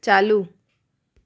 चालू